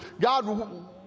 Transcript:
God